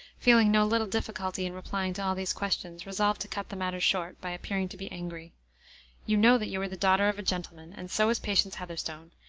feeling no little difficulty in replying to all these questions, resolved to cut the matter short, by appearing to be angry you know that you are the daughter of a gentleman, and so is patience heatherstone.